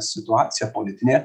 situacija politinė